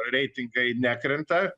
reitingai nekrenta